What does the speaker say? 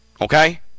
Okay